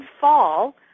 fall